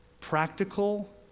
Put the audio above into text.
practical